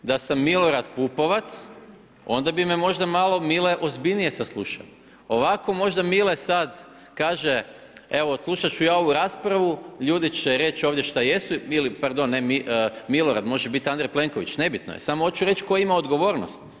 Da sam Milorad Pupovac onda bi me možda malo Mile ozbiljnije saslušao, ovako možda Mile sad kaže evo odslušat ću ja ovu raspravu, ljudi će reći ovdje šta jesu ili pardon ne Milorad, može biti Andrej Plenković, nebitno je, samo hoću reći tko ima odgovornost.